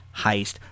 Heist